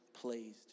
pleased